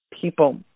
people